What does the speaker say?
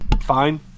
fine